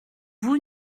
vous